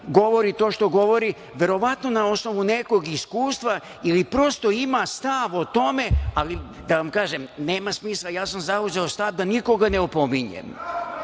govori to što govori je verovatno na osnovu nekog iskustva ili prosto ima stav o tome, ali da vam kažem nema smisla. Ja sam zauzeo stav da nikoga ne opominjem.